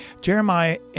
Jeremiah